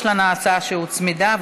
יש לנו הצעה שהוצמדה,